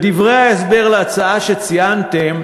בדברי ההסבר להצעה ציינתם,